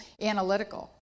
analytical